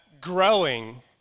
growing